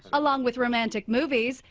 along with romantic movies.